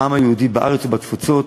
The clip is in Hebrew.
העם היהודי בארץ ובתפוצות,